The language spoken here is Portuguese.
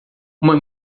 uma